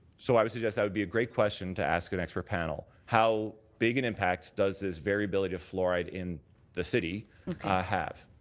so i would suggest that would be a great question to ask an expert panel. how big an impact does this variability of fluoride in the city have.